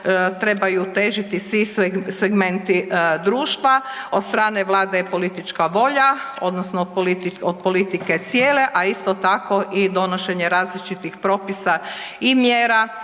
trebaju težiti svi segmenti društva, od strane vlade je politička volja odnosno od politike cijele, a isto tako i donošenje različitih propisa i mjera